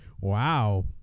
Wow